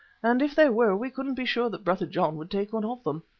and if there were we couldn't be sure that brother john would take one of them.